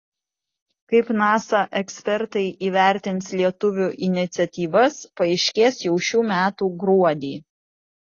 kaip nasa ekspertai įvertins lietuvių iniciatyvas paaiškės jau šių metų gruodį